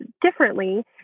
differently